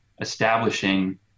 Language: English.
establishing